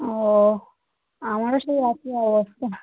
ও আমারও সেই একই অবস্থা